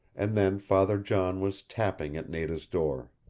and then father john was tapping at nada's door.